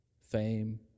fame